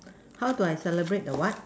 how do I celebrate the what